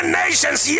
nations